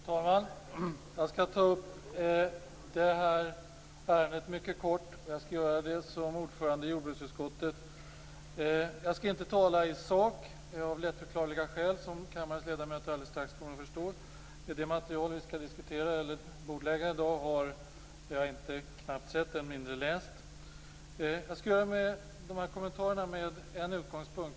Fru talman! Jag skall ta upp det här ärendet mycket kort. Jag skall göra det som ordförande i jordbruksutskottet. Jag skall inte tala i sak, av lättförklarliga skäl, som kammarens ledamöter alldeles strax kommer att förstå. Det material som vi skall diskutera eller bordlägga i dag har jag knappt sett, än mindre läst. Jag skall göra kommentarer från en utgångspunkt.